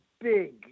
big